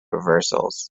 reversals